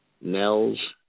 Nels